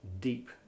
deep